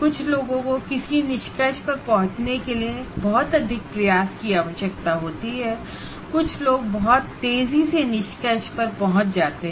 कुछ लोगों को किसी निष्कर्ष पर पहुंचने के लिए बहुत अधिक प्रयास की आवश्यकता होती है और कुछ लोग बहुत तेजी से किसी निष्कर्ष पर पहुंच सकते हैं